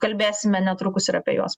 kalbėsime netrukus ir apie juos